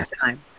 time